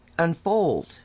unfold